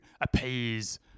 appease